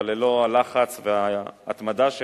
אבל ללא הלחץ וההתמדה שלו,